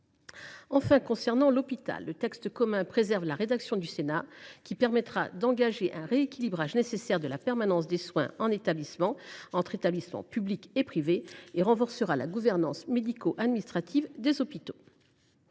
Enfin, concernant l’hôpital, le texte commun préserve la rédaction du Sénat, qui permettra d’engager un rééquilibrage nécessaire de la permanence des soins (PDSES) entre établissements publics et privés et renforcera la gouvernance médico administrative des hôpitaux.